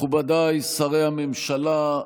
מכובדיי שרי הממשלה,